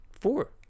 four